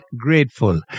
grateful